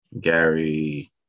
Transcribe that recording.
Gary